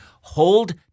hold